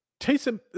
Taysom